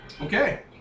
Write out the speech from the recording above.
Okay